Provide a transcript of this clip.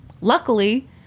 Luckily